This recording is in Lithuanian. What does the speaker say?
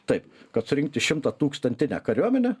taip kad surinkti šimtatūkstantinę kariuomenę